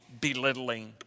belittling